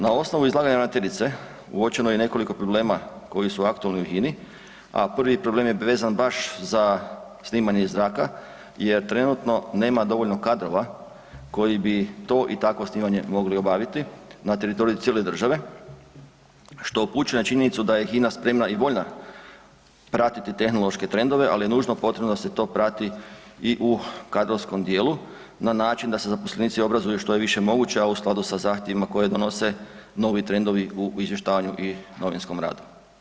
Na osnovu izlaganja ravnateljice, uočeno je nekoliko problema koji su aktualni u HINA-i, a prvi problem je vezan baš za snimanje iz zraka jer trenutno nema dovoljno kadrova koji bi to i takvo snimanje mogli obaviti na teritoriju cijele države što upućuje na činjenicu da je HINA spremna i voljna pratiti tehnološke trendove, ali je nužno potrebno da se to prati i u kadrovskom dijelu na način da se zaposlenici obrazuju što je više moguće, a u skladu sa zahtjevima koje donose novi trendovi u izvještavanju i novinskom radu.